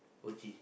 O_G